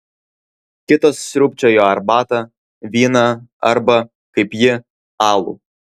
kitos sriubčiojo arbatą vyną arba kaip ji alų